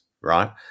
right